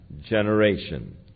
generation